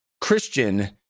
christian